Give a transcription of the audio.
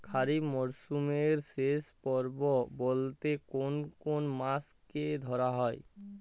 খরিপ মরসুমের শেষ পর্ব বলতে কোন কোন মাস কে ধরা হয়?